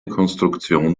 konstruktion